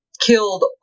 killed